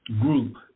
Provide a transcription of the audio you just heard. group